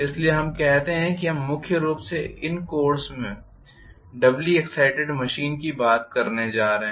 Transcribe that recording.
इसलिए हम कहते हैं कि हम मुख्य रूप से इस कोर्स में डब्ली एग्ज़ाइटेड मशीन की बात करने जा रहे हैं